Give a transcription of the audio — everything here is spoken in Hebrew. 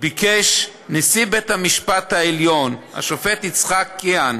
ביקש נשיא בית המשפט העליון, השופט יצחק כהן,